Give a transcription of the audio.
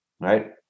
right